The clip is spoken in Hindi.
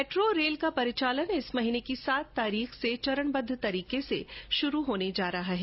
मेट्रो रेल का परिचालन इस महीने की सात तारीख से चरणबद्व तरीके से शुरू होने जा रहा है